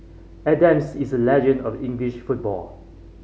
Adams is a legend of English football